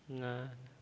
ନା